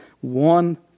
one